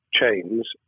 chains